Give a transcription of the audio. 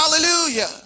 Hallelujah